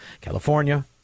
California